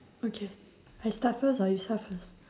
okay I start first or you start first